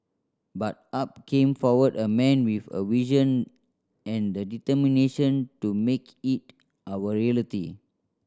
but up came forward a man with a vision and the determination to make it our reality